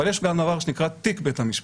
אבל יש גם דבר שנקרא תיק בית המשפט.